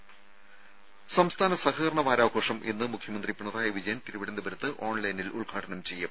ടെട സംസ്ഥാന സഹകരണ വാരാഘോഷം ഇന്ന് മുഖ്യമന്ത്രി പിണറായി വിജയൻ തിരുവനന്തപുരത്ത് ഓൺലൈനിൽ ഉദ്ഘാടനം ചെയ്യും